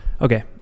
Okay